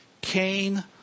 Cain